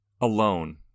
alone